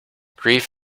grief